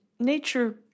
nature